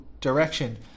direction